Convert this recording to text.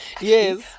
Yes